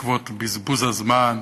בעקבות בזבוז הזמן,